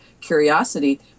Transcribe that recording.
curiosity